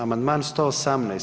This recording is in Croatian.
Amandman 118.